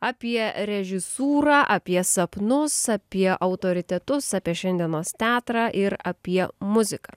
apie režisūrą apie sapnus apie autoritetus apie šiandienos teatrą ir apie muziką